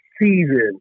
season